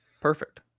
Perfect